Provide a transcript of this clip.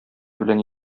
белән